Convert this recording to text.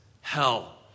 Hell